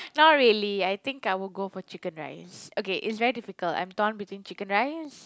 not really I think I will go for Chicken Rice okay it's very difficult I'm torn between Chicken Rice